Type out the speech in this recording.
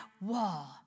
wall